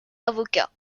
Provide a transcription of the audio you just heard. avocat